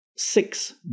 Six